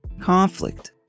Conflict